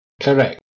Correct